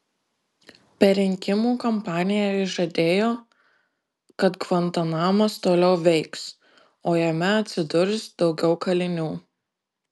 per rinkimų kampaniją jis žadėjo kad gvantanamas toliau veiks o jame atsidurs daugiau kalinių